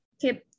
keep